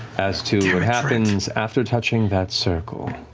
as to what happens after touching that circle,